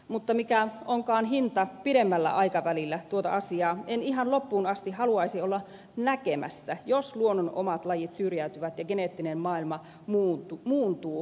mutta mikä onkaan hinta pidemmällä aikavälillä tuota asiaa en ihan loppuun asti haluaisi olla näkemässä jos luonnon omat lajit syrjäytyvät ja geneettinen maailma muuntuu hallitsemattomalla tavalla